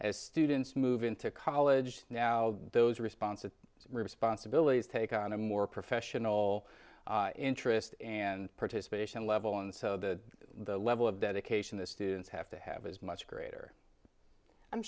as students move into college now those responses responsibilities take on a more professional interest and participation level and so that the level of dedication the students have to have is much greater i'm